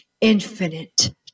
Infinite